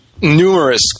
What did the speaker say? numerous